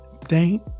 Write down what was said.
Thank